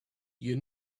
you